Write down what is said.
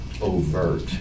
overt